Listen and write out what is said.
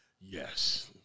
Yes